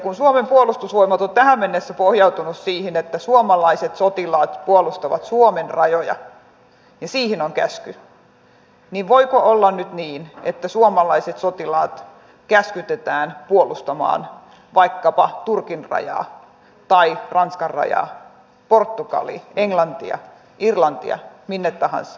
kun suomen puolustusvoimat on tähän mennessä pohjautunut siihen että suomalaiset sotilaat puolustavat suomen rajoja siihen on käsky niin voiko olla nyt niin että suomalaiset sotilaat käskytetään puolustamaan vaikkapa turkin rajaa tai ranskan rajaa portugalia englantia irlantia mitä tahansa